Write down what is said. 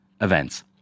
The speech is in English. events